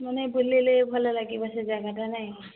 ମାନେ ବୁଲିଲେ ଭଲ ଲାଗିବ ସେ ଜାଗାଟା ନାଇଁ